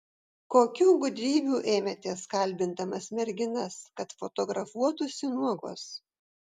kokių gudrybių ėmėtės kalbindamas merginas kad fotografuotųsi nuogos